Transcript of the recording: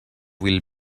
will